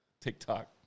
TikTok